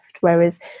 Whereas